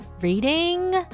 reading